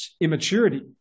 immaturity